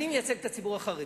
אני מייצג את הציבור החרדי,